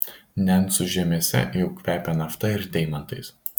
nencų žemėse jau kvepia nafta ir deimantais